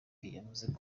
yavuze